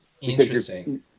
Interesting